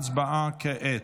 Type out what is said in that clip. הצבעה כעת.